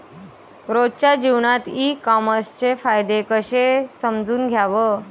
रोजच्या जीवनात ई कामर्सचे फायदे कसे समजून घ्याव?